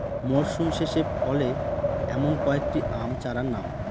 মরশুম শেষে ফলে এমন কয়েক টি আম চারার নাম?